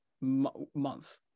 month